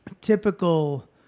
typical